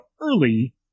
early